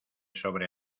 sobre